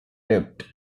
tipped